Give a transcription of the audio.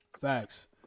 Facts